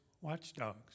watchdogs